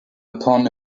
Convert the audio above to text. upon